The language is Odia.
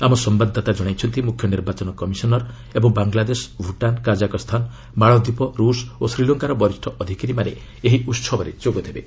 ଆମର ସମ୍ଭାଦଦାତା ଜଣାଇଛନ୍ତି ମୁଖ୍ୟନିର୍ବାଚନ କମିଶନରଗଣ ଏବଂ ବାଂଲାଦେଶ ଭୂଟାନ କାଜାଖସ୍ଥାନ ମାଲଦ୍ୱୀପ ରୁଷ ଓ ଶ୍ରୀଲଙ୍କାର ବରିଷ୍ଠ ଅଧିକାରୀମାନେ ଏହି ଉତ୍ସବରେ ଯୋଗଦେବେ